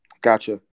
Gotcha